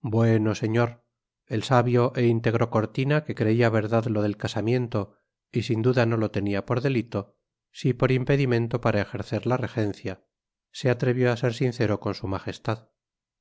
bueno señor el sabio el íntegro cortina que creía verdad lo del casamiento y sin duda no lo tenía por delito sí por impedimento para ejercer la regencia se atrevió a ser sincero con su majestad